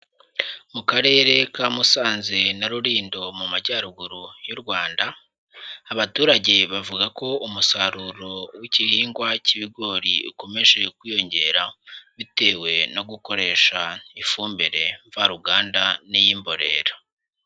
Mu karere ka Musanze na Rulindo mu majyaruguru y'u Rwanda, abaturage bavuga ko umusaruro w'igihingwa k'ibigori ukomeje kwiyongera bitewe no gukoresha ifumbire mvaruganda n'iy'imborera.